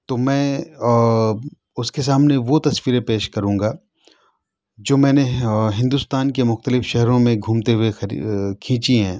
تو میں اُس کے سامنے وہ تصویریں پیش کروں گا جو میں نے ہندوستان کے مختلف شہروں میں گھومتے ہوئے کھینچی ہیں